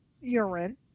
urine